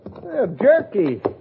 Jerky